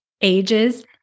ages